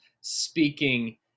speaking